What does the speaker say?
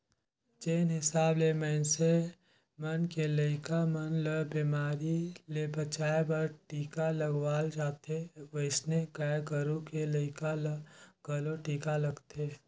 जेन हिसाब ले मनइसे मन के लइका मन ल बेमारी ले बचाय बर टीका लगवाल जाथे ओइसने गाय गोरु के लइका ल घलो टीका लगथे